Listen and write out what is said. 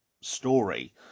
story